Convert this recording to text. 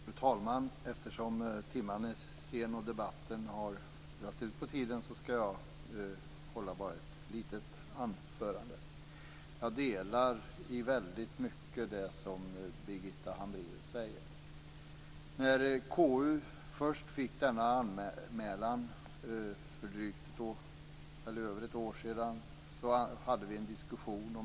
Fru talman! Eftersom timmen är sen och debatten har dragit ut på tiden skall jag hålla bara ett litet anförande. Jag delar i väldigt mycket det som Birgitta Hambraeus säger. När KU först fick denna anmälan, för över ett år sedan, förde vi en diskussion.